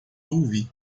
ouvi